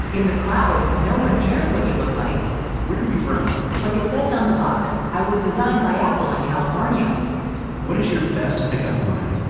in the cloud, no one cares what you look like where are you from? like it says on the box, i was designed by apple in california what is your best pickup line?